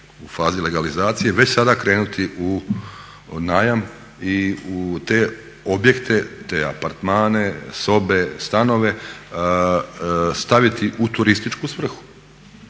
recimo legalizacije objekata, već sada krenuti u najam i u te objekte, te apartmane, sobe, stanove staviti u turističku svrhu.